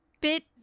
bit